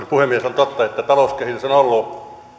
puhemies on totta että talouskehitys on ollut